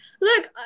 look